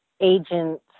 agents